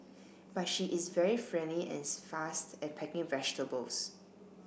but she is very friendly and fast at packing vegetables